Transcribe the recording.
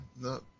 no